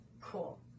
Cool